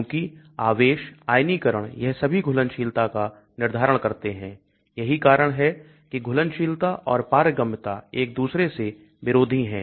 क्योंकि आवेश आयनीकरण यह सभी घुलनशीलता का निर्धारण करते हैं यही कारण है की घुलनशीलता और पारगम्यता एक प्रकार से विरोधी हैं